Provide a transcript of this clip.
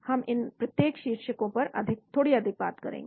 हम इन प्रत्येक शीर्षकों पर थोड़ी अधिक बात करेंगे